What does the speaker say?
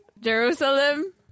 Jerusalem